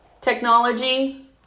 technology